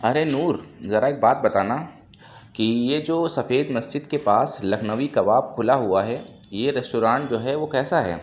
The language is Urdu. ارے نور ذرا ایک بات بتانا کہ یہ جو سفید مسجد كے پاس لكھنوی كباب كُھلا ہُوا ہے یہ ریسٹوران جو ہے وہ کیسا ہے